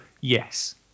yes